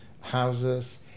houses